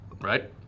Right